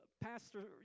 pastor